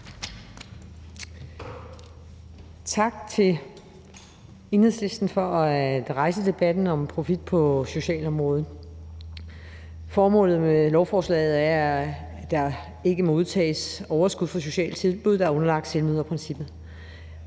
Tak til Enhedslisten for at rejse debatten om profit på socialområdet. Idéen med beslutningforslaget handler om, at der ikke må udtages overskud fra sociale tilbud, der er underlagt selvmøderprincippet.